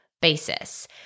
basis